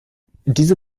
diese